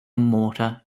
mortar